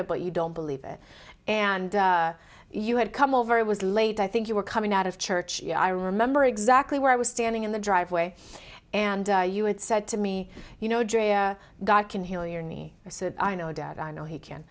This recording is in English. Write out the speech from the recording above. it but you don't believe it and you had come over it was late i think you were coming out of church i remember exactly where i was standing in the driveway and you had said to me you know drea god can heal your knee so i know dad i know he can